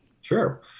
Sure